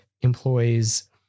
employees